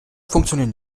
funktionieren